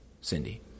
Cindy